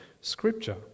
Scripture